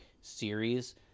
series